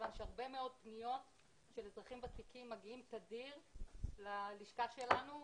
מכיוון שהרבה מאוד פניות של אזרחים ותיקים מגיעים תדיר ללשכה שלנו,